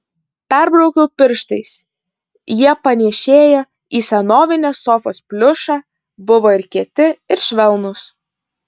perbraukiau pirštais jie panėšėjo į senovinės sofos pliušą buvo ir kieti ir švelnūs